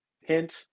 hint